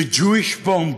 the Jewish bomb,